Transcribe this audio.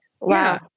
Wow